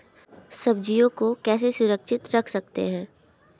सब्जियों को कैसे सुरक्षित रख सकते हैं?